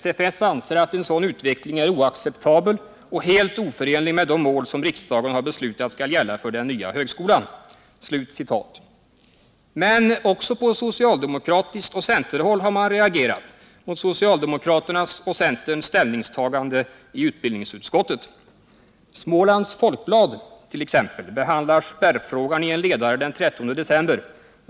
SFS anser att en sådan utveckling är oacceptabel och helt oförenlig med de mål som riksdagen har beslutat skall gälla för den nya högskolan.” Men också på socialdemokratiskt och centerhåll har man reagerat mot socialdemokraternas och centerns ställningstagande i utbildningsutskottet. Smålands Folkblad behandlar spärrfrågan i en ledare den 13 december.